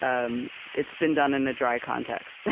um it's been done in a dry context.